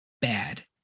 bad